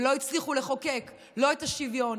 ולא הצליחו לחוקק לא את השוויון,